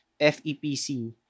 FEPC